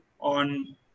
on